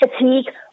Fatigue